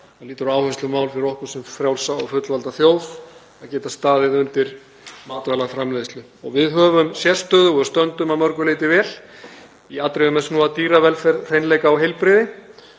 að vera áherslumál fyrir okkur sem frjálsa og fullvalda þjóð að geta staðið undir matvælaframleiðslu. Við höfum sérstöðu og við stöndum að mörgu leyti vel í atriðum er snúa að dýravelferð, hreinleika og heilbrigði.